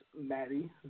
Maddie